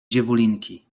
dziewulinki